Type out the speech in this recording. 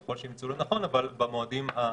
ככל שימצאו לנכון, במועדים הרלוונטיים.